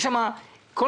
יש שם חרדים וחילונים,